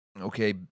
okay